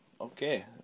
okay